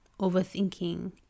overthinking